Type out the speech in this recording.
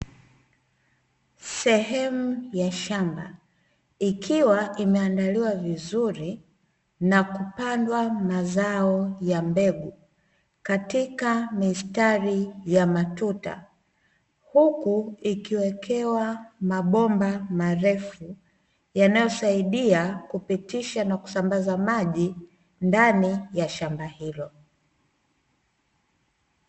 Sehemu ya shamba, ikiwa imeandaliwa vizuri na kupandwa mazao ya mbegu katika mistari ya matuta, huku ikiwekewa mabomba marefu, yanayosaidia kupitisha na kusambaza maji ndani ya shamba hilo.